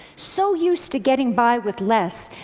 so used to getting by with less,